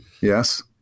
Yes